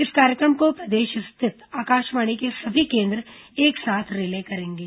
इस कार्यक्रम को प्रदेश स्थित आकाशवाणी के सभी केन्द्र एक साथ रिले करेंगे